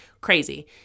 Crazy